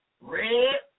Red